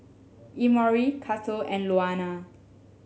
Emory Cato and Luana